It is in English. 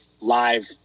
live